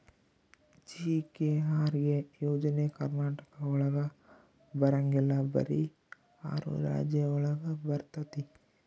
GKRA ಯೋಜನೆ ಕರ್ನಾಟಕ ಒಳಗ ಬರಂಗಿಲ್ಲ ಬರೀ ಆರು ರಾಜ್ಯ ಒಳಗ ಬರ್ತಾತಿ